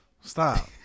Stop